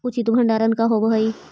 उचित भंडारण का होव हइ?